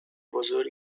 بزرگ